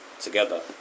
together